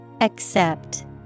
Accept